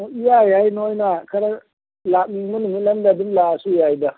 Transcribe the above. ꯏꯌꯥ ꯌꯥꯏ ꯅꯈꯣꯏꯅ ꯈꯔ ꯂꯥꯛꯅꯤꯡꯕ ꯅꯨꯃꯤꯠ ꯑꯃꯗ ꯑꯗꯨꯝ ꯂꯥꯛꯑꯁꯨ ꯌꯥꯏꯗ